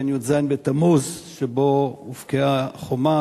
בין י"ז בתמוז שבו הובקעה החומה,